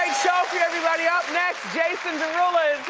show for you everybody. up next, jason derulo